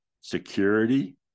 security